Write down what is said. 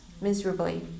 miserably